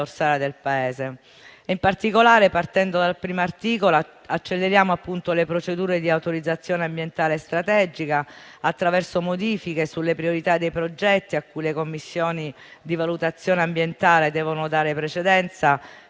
In particolare, partendo dal primo articolo, acceleriamo le procedure di autorizzazione ambientale strategica attraverso modifiche sulle priorità dei progetti a cui le commissioni di valutazione ambientale devono dare precedenza